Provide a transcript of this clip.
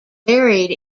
varied